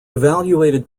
evaluated